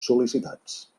sol·licitats